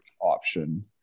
option